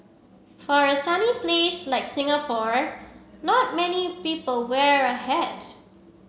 for a sunny place like Singapore not many people wear a hat